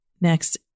next